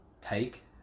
take